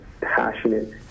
passionate